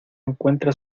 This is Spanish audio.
encuentra